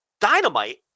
Dynamite